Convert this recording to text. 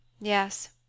Yes